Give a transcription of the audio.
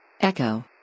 Echo